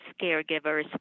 caregivers